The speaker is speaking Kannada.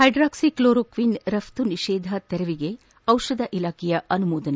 ಹ್ನೆಡ್ರಾಕ್ಸಿಕ್ಲೋರೊಕ್ಷೀನ್ ರಫ್ತು ನಿಷೇಧ ತೆರವಿಗೆ ಚಿಷಧ ಇಲಾಖೆಯ ಅನುಮೋದನೆ